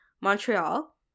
Montreal